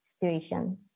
situation